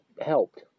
helped